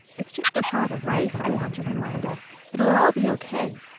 it's just a pot of rice, i want to remind us, it'll all be okay.